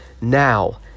Now